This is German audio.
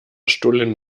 stullen